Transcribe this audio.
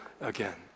again